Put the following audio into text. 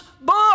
book